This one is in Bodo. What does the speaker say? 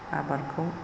आबादखौ